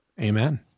Amen